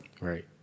Right